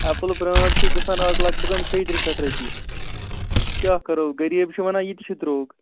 Apple پرینٛڈ چھِ گژھان آز لگ بَگَن شیترٛہ شیٚتھ رۄپیہِ کیٛاہ کَرَو غریٖب چھِ وَنان یہِ تہِ چھِ دروٚگ